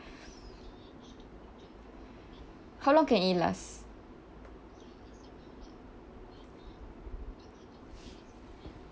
how long can it last